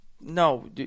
No